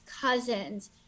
cousins